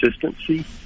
consistency